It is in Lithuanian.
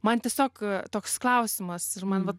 man tiesiog toks klausimas ir man